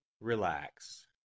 Relax